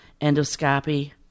endoscopy